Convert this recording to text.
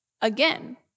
Again